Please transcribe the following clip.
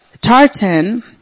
tartan